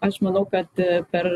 aš manau kad per